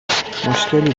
مشکلی